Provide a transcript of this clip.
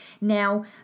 Now